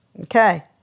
Okay